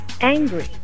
angry